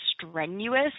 strenuous